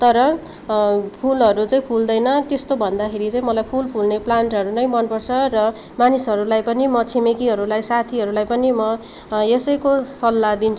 तर फुलहरू चाहिँ फुल्दैन त्यस्तो भन्दाखेरि चाहिँ मलाई फुल फुल्ने प्लान्टहरू नै मनपर्छ र मानिसहरूलाई पनि म छिमेकीहरूलाई साथीहरूलाई पनि म यसैको सल्लाह दिन्छु